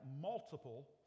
multiple